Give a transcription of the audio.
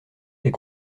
est